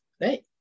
right